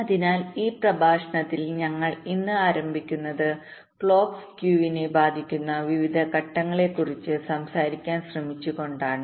അതിനാൽ ഈ പ്രഭാഷണത്തിൽ ഞങ്ങൾ ഇന്ന് ആരംഭിക്കുന്നത് ക്ലോക്ക് സ്കീവിനെബാധിക്കുന്ന വിവിധ ഘടകങ്ങളെക്കുറിച്ച് സംസാരിക്കാൻ ശ്രമിച്ചുകൊണ്ടാണ്